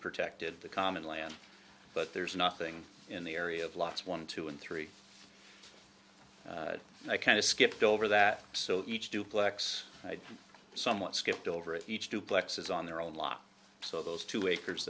protected the common land but there's nothing in the area of lots one two and three and i kind of skipped over that so each duplex somewhat skipped over each duplexes on their own lot so those two acres